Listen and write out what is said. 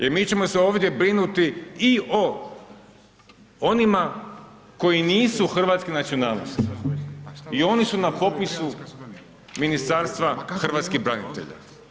Jer mi ćemo se ovdje brinuti i o onima, koji nisu hrvatske nacionalnosti i oni su na popisu Ministarstva hrvatskih branitelja.